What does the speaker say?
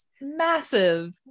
massive